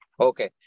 Okay